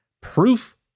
Proof